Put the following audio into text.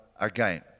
again